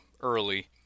early